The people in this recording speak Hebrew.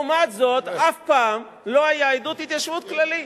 לעומת זאת, אף פעם לא היה עידוד התיישבות כללי.